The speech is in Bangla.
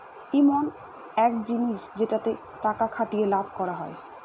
ইমন এক জিনিস যেটাতে টাকা খাটিয়ে লাভ করা হয়